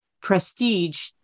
prestige